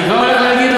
הם לא קיבלו